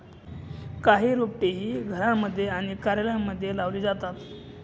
काही रोपटे ही घरांमध्ये आणि कार्यालयांमध्ये लावली जातात